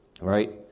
right